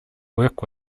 work